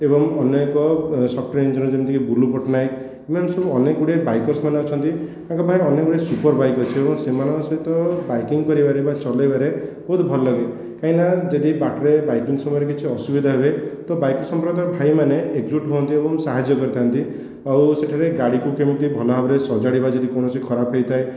ଏବଂ ଅନ୍ୟ ଏକ ସଫ୍ଟୱେର ଇଞ୍ଜିନିଅର ଯେପରି ବୁଲୁ ପଟ୍ଟନାୟକ ଏମାନେ ସବୁ ଅନେକ ଗୁଡ଼ିଏ ବାଇକର୍ସ ମାନେ ଅଛନ୍ତି ଏମାନଙ୍କ ପାଖରେ ଅନେକ ଗୁଡ଼ିଏ ସୁପର ବାଇକ ଅଛି ଏବଂ ସେମାନଙ୍କ ସହିତ ଵାଇକିଙ୍ଗ କରିବାରେ ବା ଚଲେଇବାରେ ବହୁତ ଭଲ ଲାଗେ କାହିଁକି ନା ଯଦି ବାଟରେ ଵାଇକିଙ୍ଗ ସମୟରେ କିଛି ଅସୁବିଧା ହୁଏ ତ ବାଇକର ଭାଇମାନେ ଏକଜୁଟ ହୁଅନ୍ତି ଏବଂ ସାହାଯ୍ୟ କରିଥାନ୍ତି ଆଉ ସେଥିରେ ଗାଡ଼ିକୁ କେମିତି ଭଲ ଭାବରେ ସଜାଡ଼ିବା ଯଦି କୌଣସି ଖରାପ ହୋଇଥାଏ